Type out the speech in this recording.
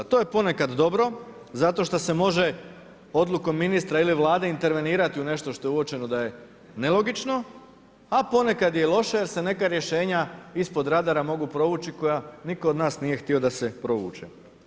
To je ponekad dobro, zato što se može odlukom ministra ili Vlade intervenirati u nešto što je uočeno da je nelogično, a ponekad je loše, jer se neka rješenja ispod radara mogu provući, koja nitko od nas nije htio da se provuče.